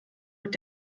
mit